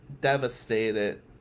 devastated